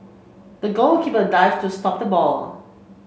the goalkeeper dived to stop the ball